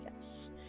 Yes